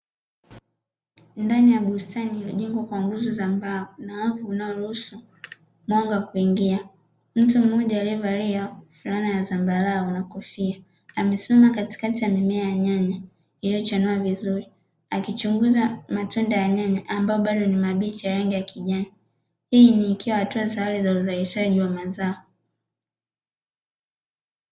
Ndani ya bustani iliyojengwa kwa nguzo za mbao, na wavu unaoruhusu mwanga kuingia. Mtu mmoja aliyevalia fulana ya zambarau na kofia, amesimama katikati ya mimea ya nyanya iliyochanua vizuri, akichunguza matunda ya nyanya ambayo bado ni mabichi ya rangi ya kijani. Hii ikiwa hatua za awali za uzalishaji wa mazao.